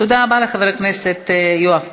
תודה רבה לחבר הכנסת יואב קיש.